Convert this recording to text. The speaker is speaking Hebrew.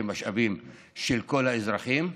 שהם משאבים של כל האזרחים.